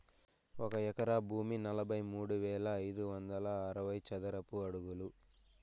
ఒక ఎకరా భూమి నలభై మూడు వేల ఐదు వందల అరవై చదరపు అడుగులు